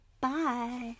Bye